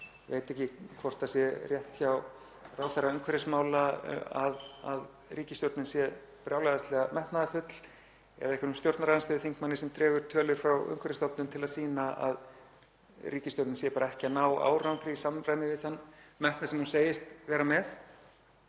veit ekki hvort það sé rétt hjá ráðherra umhverfismála að ríkisstjórnin sé brjálæðislega metnaðarfull eða hjá einhverjum stjórnarandstöðuþingmanni sem dregur fram tölur frá Umhverfisstofnun til að sýna að ríkisstjórnin sé ekki að ná árangri í samræmi við þann metnað sem hún segist vera með.